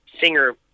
Singer